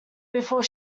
before